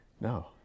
No